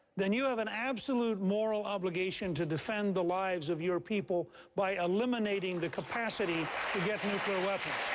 then you have an absolute moral obligation to defend the lives of your people by eliminating the capacity to get nuclear weapons.